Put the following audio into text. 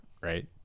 right